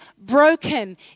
broken